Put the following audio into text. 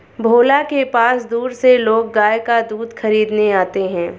भोला के पास दूर से लोग गाय का दूध खरीदने आते हैं